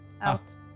Out